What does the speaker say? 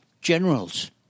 generals